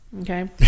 Okay